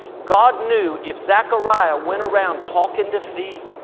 god knew if zechariah went around talking defeat,